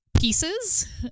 Pieces